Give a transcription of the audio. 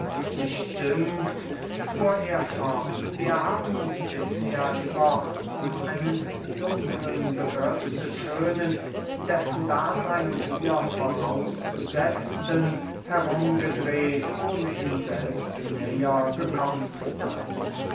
mich dünkt fuhr er fort wir haben uns bisher immer um einen dunkeln begriff des schönen dessen daseyn wir voraussetzen herum gedreht ohne ihm selbst näher gekommen zu seyn